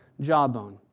jawbone